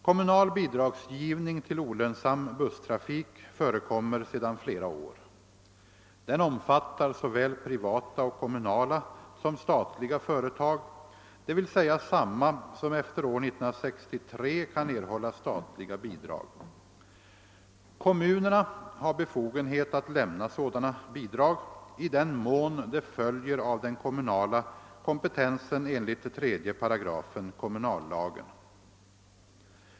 Kommunal bidragsgivning till olönsam busstrafik förekommer sedan flera år. Den omfattar såväl privata och kommunala som statliga företag, d. v. s. samma som efter år 1963 kan erhålla statliga bidrag. Kommunerna har befogenhet att lämna sådana bidrag i den mån det följer av den kommunala kompetensen enligt 3 § kommunallagen.